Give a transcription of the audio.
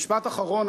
משפט אחרון,